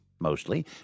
mostly